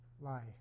life